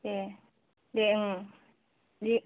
दे दे बिदि